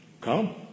come